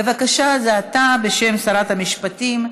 בבקשה, זה אתה בשם שרת המשפטים,